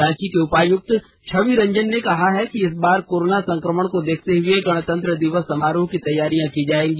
रांची के उपायुक्त छवि रंजन ने कहा कि इस बार कोरोना संक्रमण को देखते हुए गणतंत्र दिवस समारोह की तैयारियां की जायेंगी